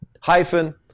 hyphen